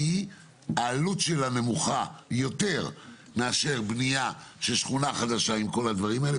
כי העלות שלה נמוכה יותר מאשר בנייה של שכונה חדשה עם כל הדברים האלה,